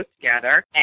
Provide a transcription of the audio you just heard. together